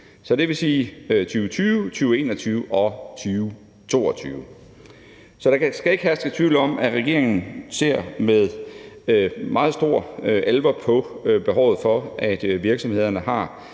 at det er 2020, 2021 og 2022. Så der skal ikke herske tvivl om, at regeringen ser med meget stor alvor på behovet for, at virksomhederne har